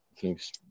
Thanks